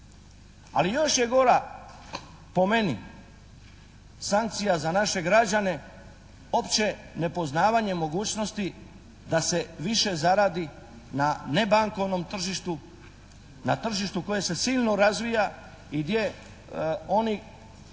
Ali još je gora po meni sankcija za naše građane opće nepoznavanje mogućnosti da se više zaradi na nebankovnom tržištu, na tržištu koje se silno razvija i gdje oni